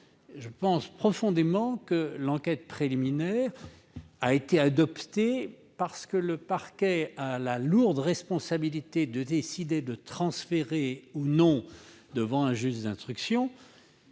Je pense profondément que l'enquête préliminaire a été créée parce que le parquet a la lourde responsabilité de décider de transférer ou non devant un juge d'instruction.